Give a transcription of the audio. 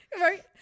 Right